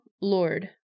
Lord